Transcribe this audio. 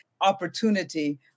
opportunity